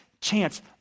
chance